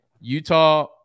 Utah